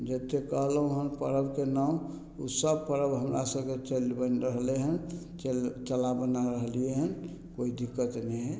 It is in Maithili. जते कहलहुँ हँ पर्वके नाम उ सब पर्व हमरा सबके चलि बनि रहलै हइ चला बना रहलियै हन कोइ दिक्कत नहि हइ